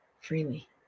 freely